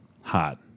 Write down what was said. hot